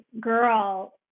girl